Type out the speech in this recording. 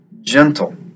gentle